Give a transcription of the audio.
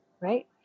right